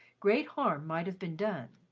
great harm might have been done.